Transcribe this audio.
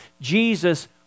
Jesus